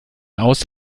aus